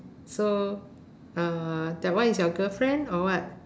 so uh that one is your girlfriend or what